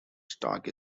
stark